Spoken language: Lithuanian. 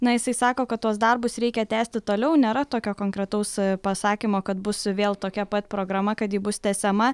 na jisai sako kad tuos darbus reikia tęsti toliau nėra tokio konkretaus pasakymo kad bus vėl tokia pat programa kad ji bus tęsiama